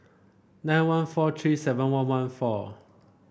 nine one four three seven one one four